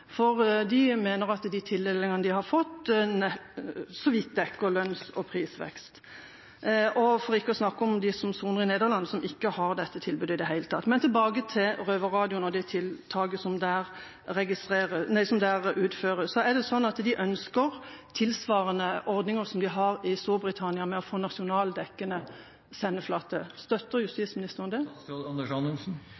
for de mener at de tildelingene de har fått, så vidt dekker lønns- og prisveksten – for ikke å snakke om dem som soner i Nederland, som ikke har dette tilbudet i det hele tatt. Men tilbake til Røverradioen og det tiltaket som der utføres: De ønsker ordninger tilsvarende dem de har i Storbritannia, med nasjonaldekkende sendeflate. Støtter justisministeren det? Basert på den ordningen vi har, hvor dette er midler som tildeles etter søknad, er det